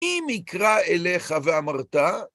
אם יקרא אליך ואמרת...